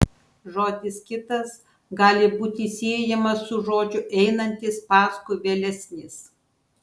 žodis kitas gali būti siejamas su žodžiu einantis paskui vėlesnis